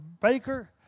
baker